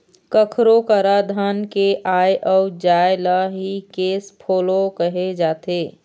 कखरो करा धन के आय अउ जाय ल ही केस फोलो कहे जाथे